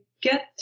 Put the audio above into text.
get